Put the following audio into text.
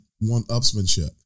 one-upsmanship